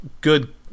good